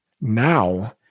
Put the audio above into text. Now